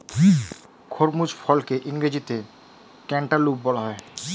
খরমুজ ফলকে ইংরেজিতে ক্যান্টালুপ বলা হয়